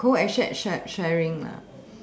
coasset shar~ sharing lah